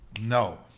No